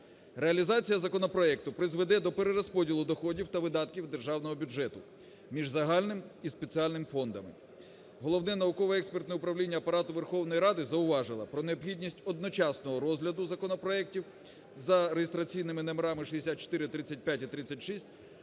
Реалізація законопроекту призведе до перерозподілу доходів та видатків Державного бюджету між загальним і спеціальним фондом. Головне науково-експертне управління Апарату Верховної Ради зауважило про необхідність одночасного розгляду законопроектів за реєстраційними номерами 6435 і 36,